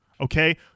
Okay